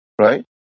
right